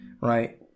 right